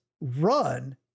run